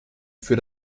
für